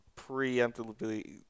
preemptively